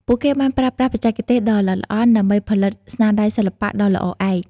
ពួកគេបានប្រើប្រាស់បច្ចេកទេសដ៏ល្អិតល្អន់ដើម្បីផលិតស្នាដៃសិល្បៈដ៏ល្អឯក។